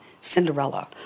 Cinderella